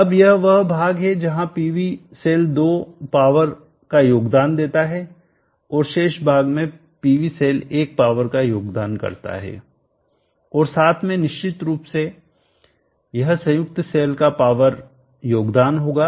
अब यह वह भाग है जहाँ PV सेल 2 पावर का योगदान देता है और शेष भाग में PV सेल 1 पावर का योगदान करता है और साथ में निश्चित रूप से यह संयुक्त सेल का पावर योगदान होगा